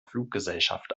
fluggesellschaft